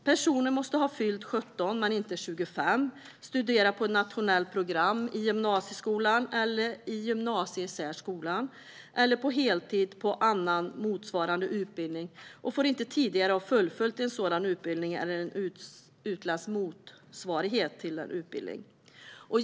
Personen måste ha fyllt 17 men inte 25 år, studera på ett nationellt program i gymnasieskolan eller i gymnasiesärskolan eller på heltid på annan motsvarande utbildning och får inte tidigare ha fullföljt en sådan utbildning eller motsvarande utländsk utbildning.